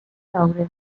daude